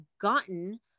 gotten –